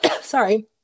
sorry